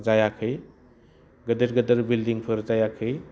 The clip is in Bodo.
जायाखै गिदिर गिदिर बिल्डिंफोर जायाखै